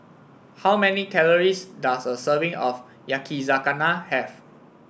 how many calories does a serving of Yakizakana have